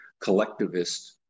collectivist